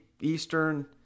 Eastern